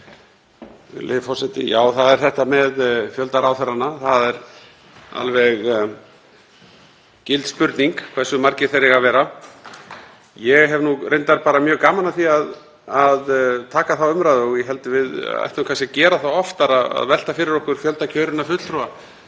Já, það er þetta með fjölda ráðherranna, það er alveg gild spurning hversu margir þeir eiga að vera. Ég hef reyndar mjög gaman af því að taka þá umræðu og held að við ættum kannski að gera það oftar að velta fyrir okkur fjölda kjörinna fulltrúa.